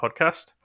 podcast